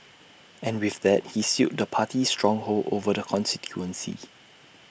and with that he sealed the party's stronghold over the constituency